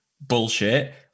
bullshit